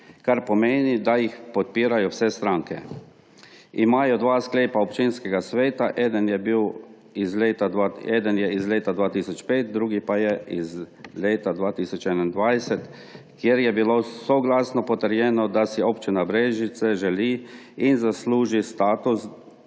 kar pomeni, da jih podpirajo vse stranke. Imajo dva sklepa občinskega sveta, eden je iz leta 2005, drugi pa je iz leta 2021, kjer je bilo soglasno potrjeno, da si Občina Brežice želi in zasluži status